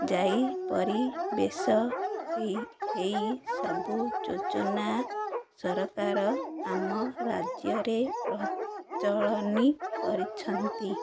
ଯାଇ ପରିିବେଶ ହେଇ ହେଇ ସବୁ ଯୋଜନା ସରକାର ଆମ ରାଜ୍ୟରେ ପ୍ରଚଳନ କରିଛନ୍ତି